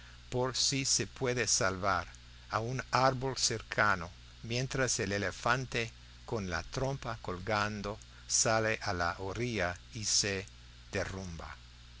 por si se puede salvar a un árbol cercano mientras el elefante con la trompa colgando sale a la orilla y se derrumba